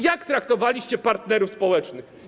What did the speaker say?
Jak traktowaliście partnerów społecznych?